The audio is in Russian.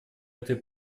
этой